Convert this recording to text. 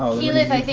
keyleth, i think,